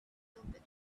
filled